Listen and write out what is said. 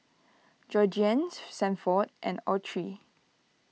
Georgiann Sanford and Autry